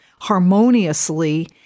harmoniously